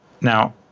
Now